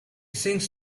sinks